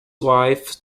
wife